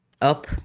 up